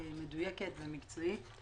מדויקת ומקצועית,